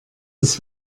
das